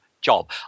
job